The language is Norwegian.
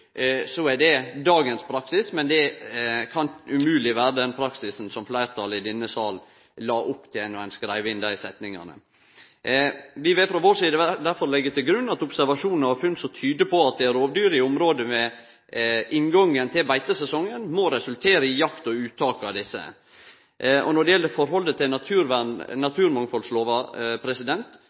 fleirtalet i denne salen la opp til då ein skreiv inn dei setningane. Vi vil frå vår side derfor leggje til grunn at observasjonar og funn som tyder på at det er rovdyr i eit område ved inngangen til beitesesongen, må resultere i jakt og uttak av desse. Når det gjeld forholdet til naturmangfaldslova,